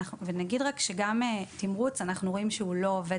ונגיד רק שגם תמרוץ, אנחנו רואים שהוא לא עובד.